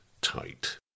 tight